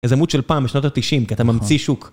איזה עמוד של פעם משנות התשעים, כי אתה ממציא שוק.